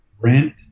rent